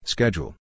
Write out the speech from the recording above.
Schedule